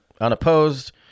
unopposed